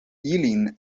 ilin